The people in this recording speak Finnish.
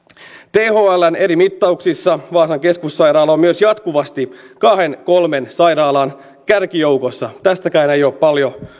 thln eri mittauksissa vaasan keskussairaala on myös jatkuvasti kahden kolmen sairaalan kärkijoukossa tästäkään ei ole paljon